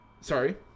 Sorry